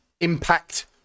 impact